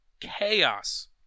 chaos